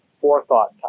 forethought